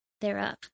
Thereof